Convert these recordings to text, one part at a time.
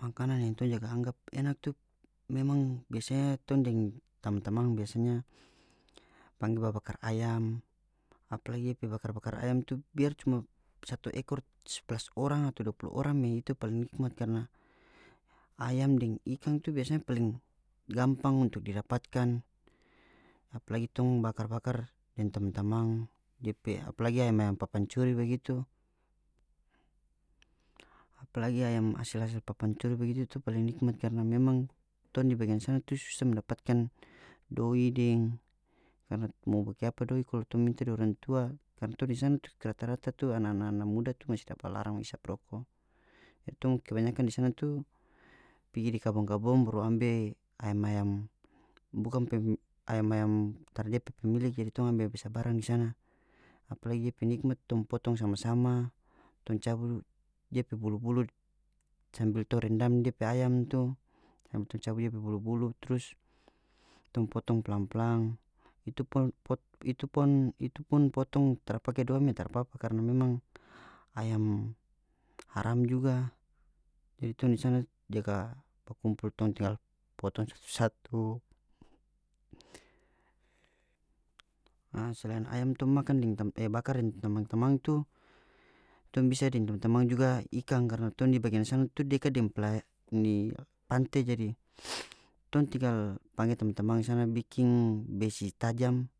Makanan yang tong jaga anggap enak tu memang biasanya tong deng tamang-tamang biasanya pangge ba bakar ayam apalagi dia pe bakar-bakar ayam tu biar cuma satu ekor sebelas orang atau dua pulu orang me itu paling nikmat karna ayam deng ikan tu biasanya paling gampang untuk didapatkan apalagi tong bakar-bakar deng tamang-tamang apalagi ayam-ayam papancuri bagitu apalagi ayam hasil-hasil papancuri bagitu tu paling nikmat karna memang tong di bagian sana tu susa mendapatkan doi deng karna mo bikiapa doi kalu tong minta di orang tua karna tong di sana tu rata-rata tu ana-ana ana muda tu masi dapa larang ba isap roko jadi tong kebanyakan di sana tu pigi di kabong-kabong baru ambe ayam-ayam bukan ayam-ayam tara dia pe pemilik jadi tong ambe-ambe sabarang di sana apalagi depe nikmat tong potong sama-sama tong cabu dia pe bulu-bulu sambil tong rendam dia pe ayam tu sampe tong cabu dia pe bulu-bulu trus tong potong plang-plang itu pun itu pun potong tara pake doa me tara apapa karna memang ayam haram juga jadi tong di sana jaga bakumpul tong tinggal potong satu-satu a selain ayam tong makan deng e bakar deng tamang-tamang tu tong bisa deng tamang-tamang juga ikang karna tong di bagian sana tu dekat deng ini apa pante jadi tong tinggal pangge tamang-tamang sana biking besi tajam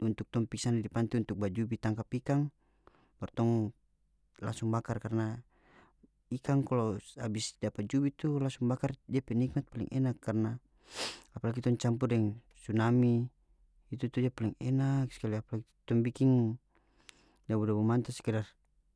untuk tong pi sana di pante untuk ba jubi tangkap ikan baru tong langsung bakar karna ikang kalo abis dapa jubi tu langsung bakar dia pe nikmat paling enak karna apalagi tong campur deng suami itu tu dia paling enak skali apalagi tong biking dabu-dabu manta sekedar.